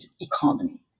economy